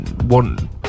one